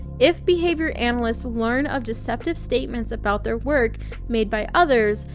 if behavior analysts learn of deceptive statements about their work made by others,